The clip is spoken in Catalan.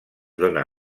dóna